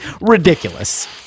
ridiculous